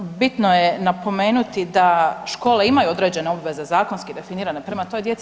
Bitno je napomenuti da škole imaju određene obveze zakonski definirane prema toj djeci.